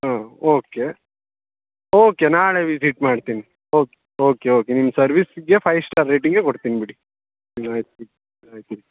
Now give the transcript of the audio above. ಹಾಂ okay okay ನಾಳೆ visit ಮಾಡ್ತೀನಿ ಓಕೆ ಓಕೆ ಓಕೆ ನಿಮ್ಗೆ ಸರ್ವಿಸ್ ಇದೆಯಾ ಫೈ ಸ್ಟಾರ್ ರೇಟಿಂಗೆ ಕೊಡ್ತೀನಿ ಬಿಡಿ ಆಯ್ತು ಬಿಡಿ